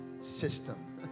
system